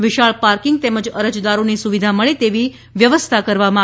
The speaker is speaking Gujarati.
વિશાળ પાર્કિંગ તેમજ અરજદારોને સુવિધા મળે તેવી વ્યવસ્થા કરવામાં આવી છે